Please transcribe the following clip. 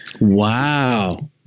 Wow